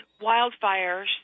wildfires